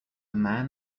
man